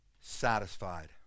satisfied